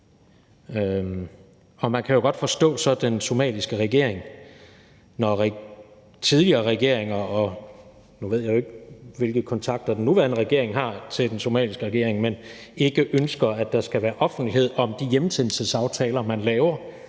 Og man kan jo så godt forstå den somaliske regeringen, når tidligere regeringer – nu ved jeg jo ikke, hvilke kontakter den nuværende regering har til den somaliske regering – ikke har ønsket, at der skal være offentlighed om de hjemsendelsesaftaler, man laver